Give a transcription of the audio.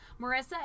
marissa